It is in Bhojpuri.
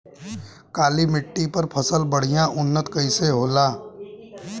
काली मिट्टी पर फसल बढ़िया उन्नत कैसे होला?